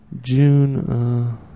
June